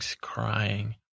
crying